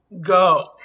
go